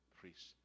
priests